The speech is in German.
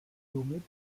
somit